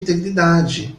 integridade